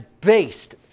based